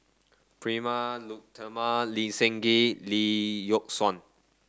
Prema Letchumanan Lee Seng Gee Lee Yock Suan